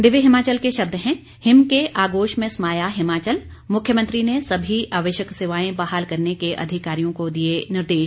दिव्य हिमाचल के शब्द हैं हिम के आगोश में समाया हिमाचल मुख्यमंत्री ने सभी आवश्यक सेवाएं बहाल करने के अधिकारियों को दिए निर्देश